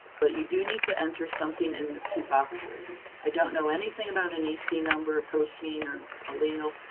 but you do need to enter something in the two boxes. i don't know anything about any e c. number, protein or allele,